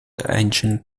ancient